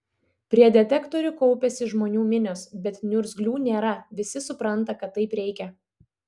prie detektorių kaupiasi žmonių minios bet niurzglių nėra visi supranta kad taip reikia